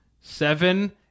seven